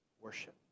worship